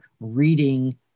reading